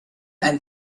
and